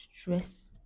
stress